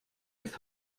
ist